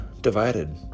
divided